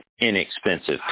inexpensive